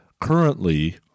currently